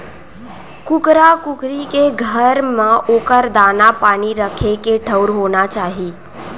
कुकरा कुकरी के घर म ओकर दाना, पानी राखे के ठउर होना चाही